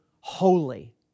holy